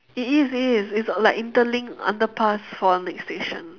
it is is it's like interlinked underpass for the next station